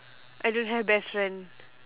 I don't have best friend